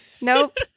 nope